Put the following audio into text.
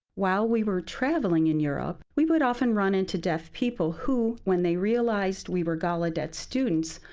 while we were traveling in europe, we would often run into deaf people who, when they realized we were gallaudet students,